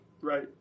Right